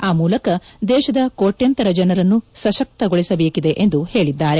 ಆ ಮೂಲಕ ದೇಶದ ಕೋಟ್ಯಂತರ ಜನರನ್ನು ಸಶಕ್ತಗೊಳಿಸಬೇಕಿದೆ ಎಂದು ಹೇಳಿದರು